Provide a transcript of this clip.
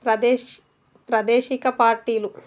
ప్రదేశ్ ప్రదేశిక పార్టీలు